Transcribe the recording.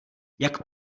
jak